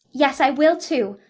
yes, i will, too.